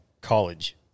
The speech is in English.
college